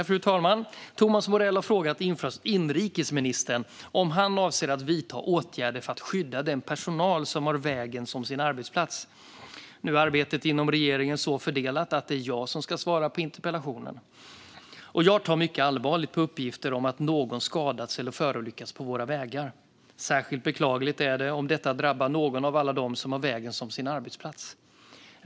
Fru talman! Thomas Morell har frågat inrikesministern om han avser att vidta åtgärder för att skydda den personal som har vägen som sin arbetsplats. Arbetet inom regeringen är så fördelat att det är jag som ska svara på interpellationen. Jag tar mycket allvarligt på uppgifter om att någon skadats eller förolyckats på våra vägar. Särskilt beklagligt är det om detta drabbar någon av alla dem som har vägen som sin arbetsplats.